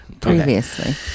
previously